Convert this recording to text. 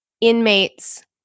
inmates